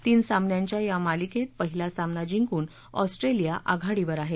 तीन सामन्यांच्या या मालिकेत पहिला सामना जिंकून ऑस्ट्रेलिया आघाडीवर आहे